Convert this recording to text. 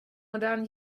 modern